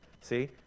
See